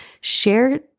share